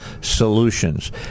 Solutions